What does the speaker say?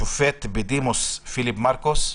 השופט בדימוס פיליפ מרכוס,